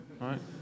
right